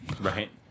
Right